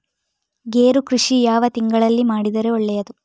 ಗೇರು ಕೃಷಿ ಯಾವ ತಿಂಗಳಲ್ಲಿ ಮಾಡಿದರೆ ಒಳ್ಳೆಯದು?